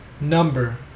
number